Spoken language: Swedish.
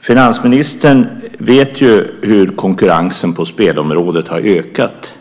Finansministern vet ju hur konkurrensen på spelområdet har ökat.